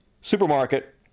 supermarket